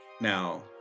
Now